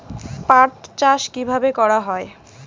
পাট চাষ কীভাবে করা হয়?